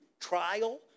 trial